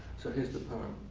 so here's the poem,